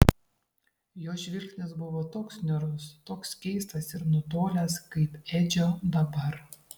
jo žvilgsnis buvo toks niūrus toks keistas ir nutolęs kaip edžio dabar